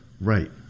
Right